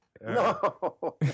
No